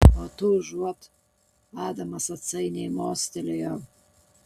o tu užuot adamas atsainiai mostelėjo